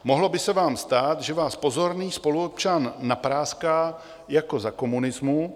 Mohlo by se vám stát, že vás pozorný spoluobčan napráská jako za komunismu.